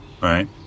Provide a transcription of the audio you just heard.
right